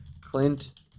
Clint